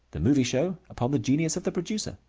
the movie show upon the genius of the producer.